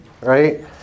right